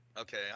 okay